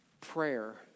prayer